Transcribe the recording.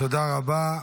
תודה רבה.